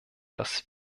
dass